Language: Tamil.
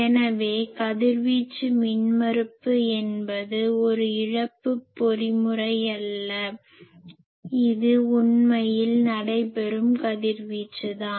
எனவே கதிர்வீச்சு மின்மறுப்பு என்பது ஒரு இழப்பு பொறிமுறையல்ல இது உண்மையில் நடைபெறும் கதிர்வீச்சுதான்